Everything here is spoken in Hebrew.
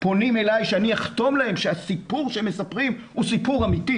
פונים אליי שאני אחתום להם שהסיפור שהם מספרים הוא סיפור אמיתי.